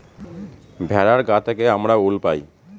ভেড়ার গা থেকে আমরা উল পাই